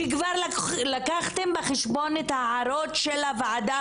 שכבר לקחתם בחשבון את ההערות של הוועדה